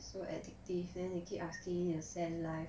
so addictive then they keep asking you send life